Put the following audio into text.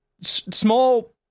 Small